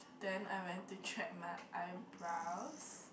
then I went to thread my eyebrows